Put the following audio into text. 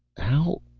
how?